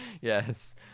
Yes